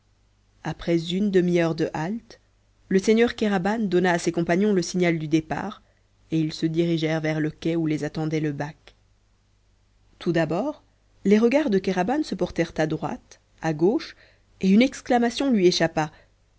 après une demi-heure de halte le seigneur kéraban donna à ses compagnons le signal du départ et ils se dirigèrent vers le quai où les attendait le bac tout d'abord les regards de kéraban se portèrent à droite à gauche et une exclamation lui échappa